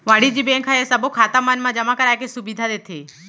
वाणिज्य बेंक ह ये सबो खाता मन मा जमा कराए के सुबिधा देथे